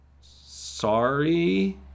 Sorry